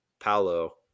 Paulo